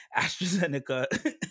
AstraZeneca